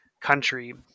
country